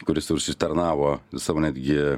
kuris užsitarnavo savo netgi